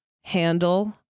handle